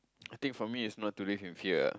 I think for me it's not to live in fear